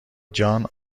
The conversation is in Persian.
جان